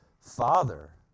Father